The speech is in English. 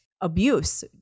abuse